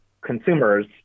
consumers